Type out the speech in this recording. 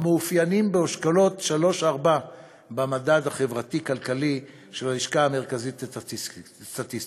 באשכולות 3 4 במדד החברתי-כלכלי של הלשכה המרכזית לסטטיסטיקה.